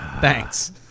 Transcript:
Thanks